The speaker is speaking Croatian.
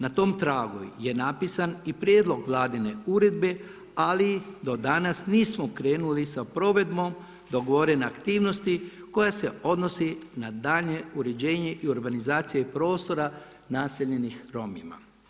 Na tom tragu je napisan i prijedlog Vladine uredbe ali do danas nismo krenuli sa provedbom dogovorene aktivnosti koja se odnosi na daljnje uređenje i urbanizacije prostora naseljenih Romima.